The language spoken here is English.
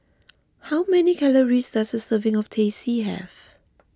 how many calories does a serving of Teh C have